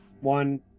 one